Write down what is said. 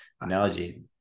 analogy